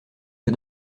que